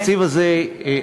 התקציב הזה,